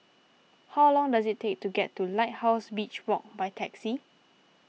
how long does it take to get to Lighthouse Beach Walk by taxi